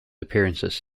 appearances